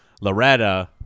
Loretta